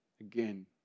Again